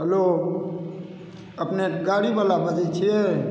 hello अपने गाड़ीवला बजैत छियै